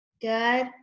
Good